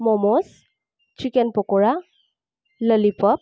momo chicken pakora lollipop